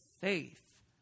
faith